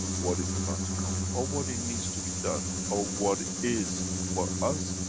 what is about to come. or what it needs to be done. or what is for us,